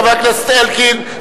חבר הכנסת אלקין,